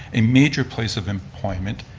a major place of employment,